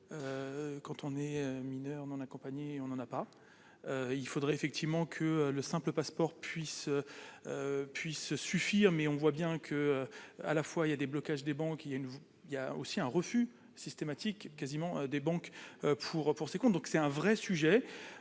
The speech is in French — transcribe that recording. quand on est mineur non accompagné, on n'en a pas, il faudrait effectivement que le simple passeport puisse puisse se suffire mais on voit bien que, à la fois il y a des blocages des banques il y a une il y a aussi un refus systématique quasiment des banques pour pour ses comptes, donc c'est un vrai sujet,